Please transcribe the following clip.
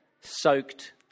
soaked